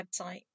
website